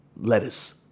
lettuce